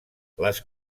les